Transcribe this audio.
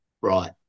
right